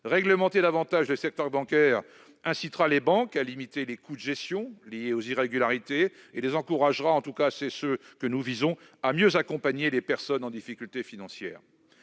Réglementer davantage le secteur bancaire incitera les banques à limiter les coûts de gestion liés aux irrégularités et les encouragera à mieux accompagner les personnes en difficulté financière.